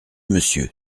monsieur